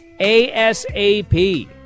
ASAP